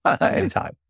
Anytime